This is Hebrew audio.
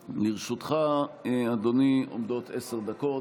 לרשותך, אדוני, עומדות עשר דקות.